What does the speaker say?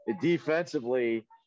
defensively